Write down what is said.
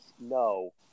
no